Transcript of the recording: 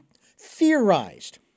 theorized